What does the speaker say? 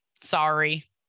sorry